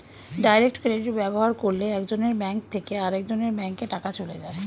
direct credit ব্যবহার করলে একজনের ব্যাঙ্ক থেকে আরেকজনের ব্যাঙ্কে টাকা চলে যায়